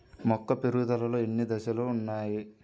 మొక్క పెరుగుదలలో ఎన్ని దశలు వున్నాయి?